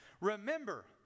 Remember